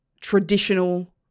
traditional